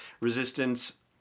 resistance